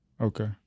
Okay